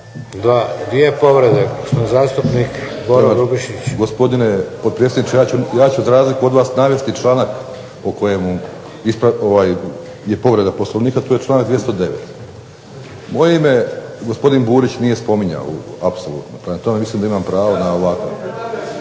Zastupnik Boro Grubišić. **Grubišić, Boro (HDSSB)** Gospodine potpredsjedniče, ja ću za razliku od vas navesti članak o kojemu, je povreda Poslovnika, to je članak 209. Moje ime gospodin Burić nije spominjao apsolutno, prema tome mislim da imam pravo na ovakav.